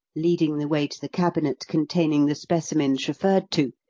leading the way to the cabinet containing the specimens referred to,